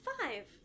five